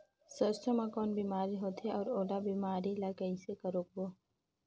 सरसो मा कौन बीमारी होथे अउ ओला बीमारी ला कइसे रोकबो?